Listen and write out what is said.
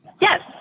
Yes